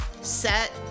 Set